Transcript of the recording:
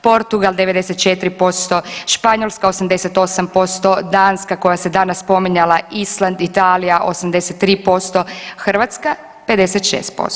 Porgual 94%, Španjolska 88%, Danska koja se danas spominjala, Island, Italija 83%, Hrvatska 56%